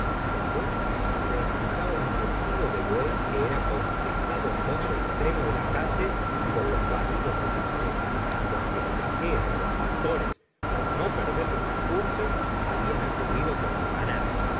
después se escuchaba un mugido de buey que era contest do en el otro extremo de la calle gustavó flaubert por los balidos de las ovejas porque la vaquera y los pastores por no perder el discurso habían acudido con el ganado